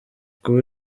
kuba